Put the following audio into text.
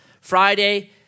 Friday